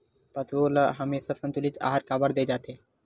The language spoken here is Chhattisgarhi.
पशुओं ल हमेशा संतुलित आहार काबर दे जाथे?